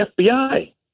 FBI